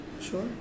Sure